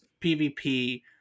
PvP